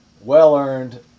Well-earned